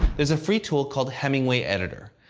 there's a free tool called hemingway editor.